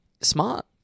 Smart